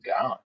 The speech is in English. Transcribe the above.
gone